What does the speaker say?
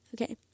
Okay